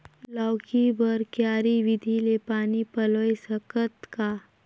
लौकी बर क्यारी विधि ले पानी पलोय सकत का?